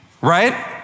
Right